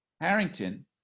Harrington